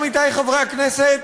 עמיתי חברי הכנסת,